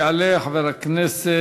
יעלה חבר הכנסת